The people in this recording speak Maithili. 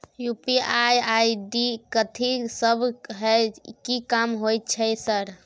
यु.पी.आई आई.डी कथि सब हय कि काम होय छय सर?